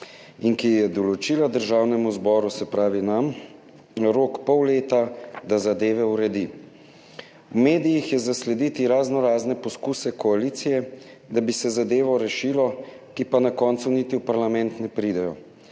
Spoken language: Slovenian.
in ki je določila Državnemu zboru, se pravi nam, rok pol leta, da uredi zadeve. V medijih je zaslediti raznorazne poskuse koalicije, da bi se zadevo rešilo, ki pa na koncu ne pridejo